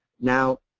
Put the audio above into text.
now,